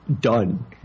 done